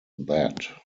that